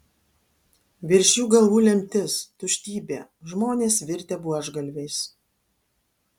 virš jų galvų lemtis tuštybė žmonės virtę buožgalviais